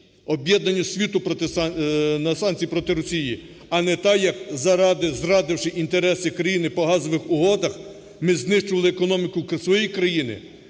об'єднання світу проти… на санкції проти Росії, а не так, як зрадивши інтереси країни по газових угодах, ми знищували економіку своєї країни.